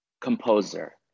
composer